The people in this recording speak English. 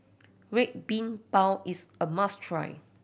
Red Bean Bao is a must try